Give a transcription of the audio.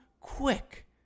Quick